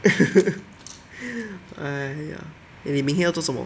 !aiya! eh 你明天要做什么